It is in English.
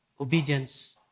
Obedience